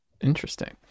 Interesting